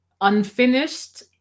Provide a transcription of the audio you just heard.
unfinished